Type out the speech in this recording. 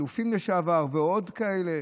אלופים לשעבר ועוד כאלה,